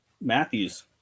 Matthews